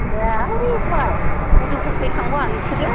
एह है खनायाव मुसुलफुरखै थांगोन नोंसोरो